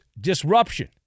disruption